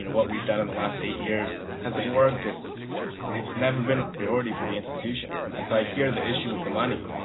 what we've done in the last eight years hasn't worked. it's it's never been a priority for the institution, and so i hear the issue with the money,